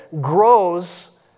grows